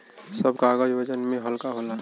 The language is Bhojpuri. सब कागज वजन में हल्का होला